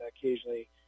occasionally